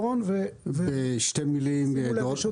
בשתי מילים, שמי דורון